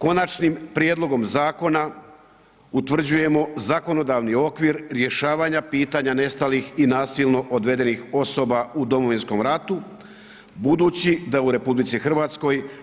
Konačnim prijedlogom zakona utvrđujemo zakonodavni okvir rješavanja pitanja nestalih i nasilno odvedenih osoba u Domovinskom ratu, budući da u RH